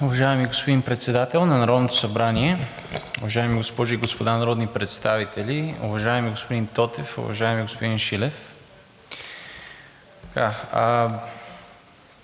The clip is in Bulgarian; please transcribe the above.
Уважаеми господин Председател на Народното събрание, уважаеми госпожи и господа народни представители, уважаеми господин Тотев, уважаеми господин Шилев!